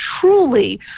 truly